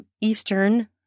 Eastern